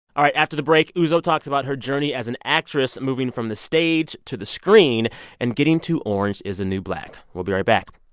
ah right, after the break, uzo talks about her journey as an actress moving from the stage to the screen and getting to orange is the new black. we'll be right back